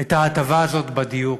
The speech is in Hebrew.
את ההטבה הזאת בדיור.